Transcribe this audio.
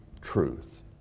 truth